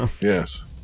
yes